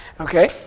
Okay